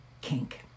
kink